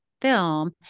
film